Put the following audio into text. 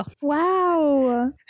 Wow